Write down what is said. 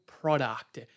product